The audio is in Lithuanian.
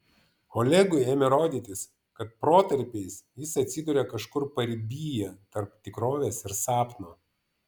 olegui ėmė rodytis kad protarpiais jis atsiduria kažkur paribyje tarp tikrovės ir sapno